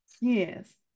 Yes